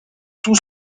tout